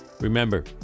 Remember